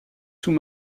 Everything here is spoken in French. sous